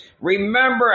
Remember